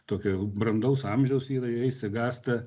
tokie jau brandaus amžiaus yra jie išsigąsta